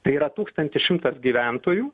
tai yra tūkstantis šimtas gyventojų